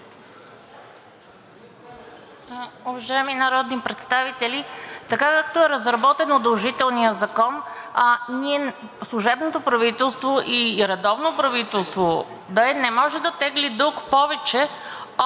Уважаеми народни представители, така, както е разработен удължителният закон – служебното правителство, и редовно правителство да е, не може да тегли дълг повече от